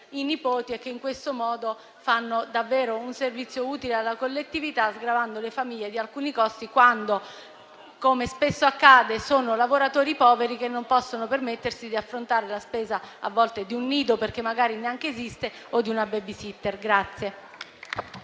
i nipoti e che in questo modo svolgono un servizio davvero utile alla collettività, sgravando le famiglie di alcuni costi, quando, come spesso accade, sono lavoratori poveri che non possono permettersi di affrontare la spesa di un nido, che magari a volte neanche esiste, o di una *baby-sitter.*